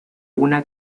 una